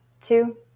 two